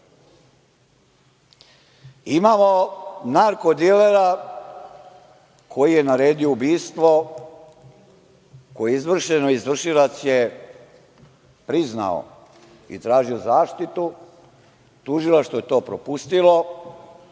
narko-dilera, koji je naredio ubistvo, koje je izvršeno, a izvršilac je priznao i tražio zaštitu. Tužilaštvo je to propustilo.